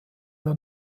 der